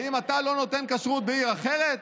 האם אתה לא נותן כשרות בעיר אחרת?